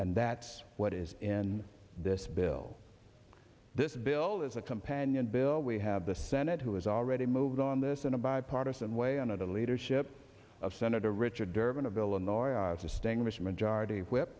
and that's what is in this bill this bill is a companion bill we have the senate who has already moved on this in a bipartisan way under the leadership of senator richard durbin of illinois as distinguished majority whip